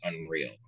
unreal